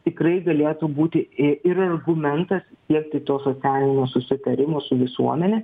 tikrai galėtų būti i ir argumentas siekti to socialinio susitarimo su visuomene